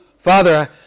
Father